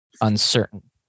uncertain